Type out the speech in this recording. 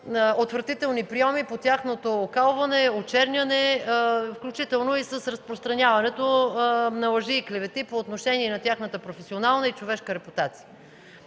отвратителни прийоми по тяхното окалване, очерняне, включително и с разпространяването на лъжи и клевети по отношение на тяхната професионална и човешка репутация.